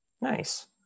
Nice